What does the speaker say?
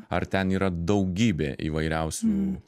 ar ten yra daugybė įvairiausių